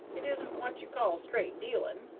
it isn't what you call straight dealing,